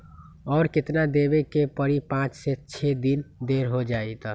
और केतना देब के परी पाँच से छे दिन देर हो जाई त?